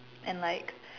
and like